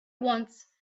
once